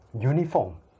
uniform